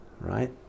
right